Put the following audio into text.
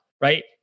Right